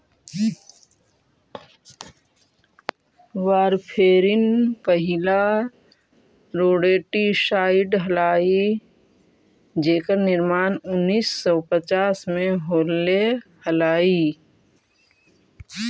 warfarin पहिला rodenticide हलाई जेकर निर्माण उन्नीस सौ पच्चास में होले हलाई